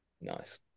Nice